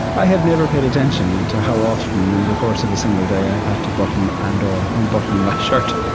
i have never paid attention to how often, in the course of a single day, i've had to button and or unbutton my shirt.